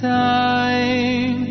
time